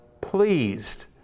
pleased